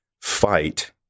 fight